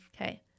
Okay